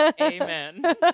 Amen